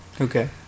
Okay